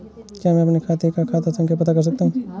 क्या मैं अपने खाते का खाता संख्या पता कर सकता हूँ?